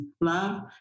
love